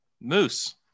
Moose